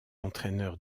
entraîneurs